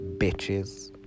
bitches